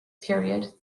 period